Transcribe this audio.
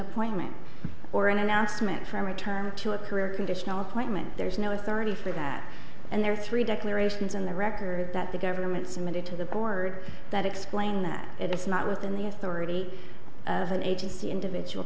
appointment or an announcement from return to a career conditional appointment there is no authority for that and there are three declarations in the record that the government submitted to the board that explained that it is not within the authority of an agency individual